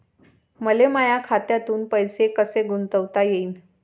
मले माया खात्यातून पैसे कसे गुंतवता येईन?